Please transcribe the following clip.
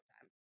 time